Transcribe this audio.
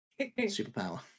superpower